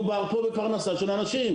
מדובר פה בפרנסה של אנשים.